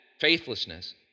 faithlessness